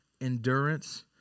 endurance